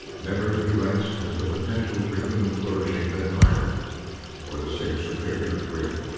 never, he writes, has the potential for human flourishing been higher or the stakes of failure greater.